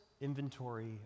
inventory